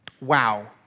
Wow